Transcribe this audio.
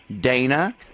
Dana